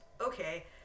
okay